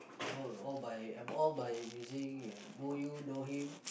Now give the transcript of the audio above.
all all by um all by using know you know him